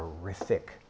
horrific